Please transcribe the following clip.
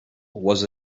was